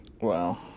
Wow